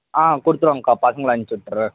ஆ கொடுத்துருவோம்க்கா பசங்களை அனுப்பிச்சி விட்டுட்றேன்